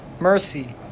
mercy